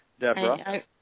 Deborah